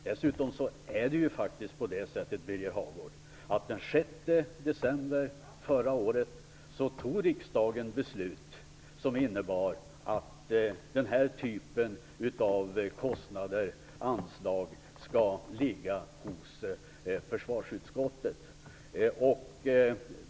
Dessutom tog riksdagen den 6 december förra året beslut som innebär att denna typ av kostnader/anslag skall ligga hos försvarsutskottet.